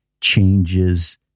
Changes